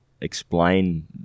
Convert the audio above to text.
explain